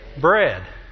Bread